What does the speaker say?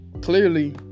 clearly